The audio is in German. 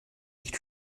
nicht